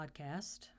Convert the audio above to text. podcast